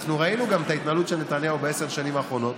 אנחנו גם ראינו את ההתנהלות של נתניהו בעשר השנים האחרונות.